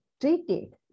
treated